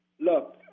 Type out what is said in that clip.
look